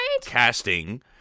casting